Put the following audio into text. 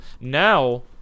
Now